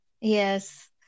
Yes